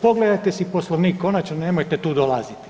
Pogledajte si poslovnik, konačno nemojte tu dolaziti.